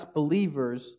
believers